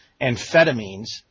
amphetamines